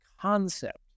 concept